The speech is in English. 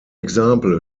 example